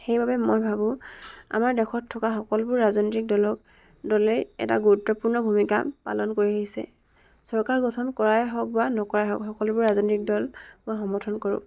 সেইবাবে মই ভাবোঁ আমাৰ দেশত থকা সকলোবোৰ ৰাজনৈতিক দলক দলেই এটা গুৰুত্বপূৰ্ণ ভূমিকা পালন কৰি আহিছে চৰকাৰ গঠন কৰাই হওক বা নকৰাই হওক সকলোবোৰ ৰাজনৈতিক দল মই সমৰ্থন কৰোঁ